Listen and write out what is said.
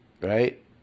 Right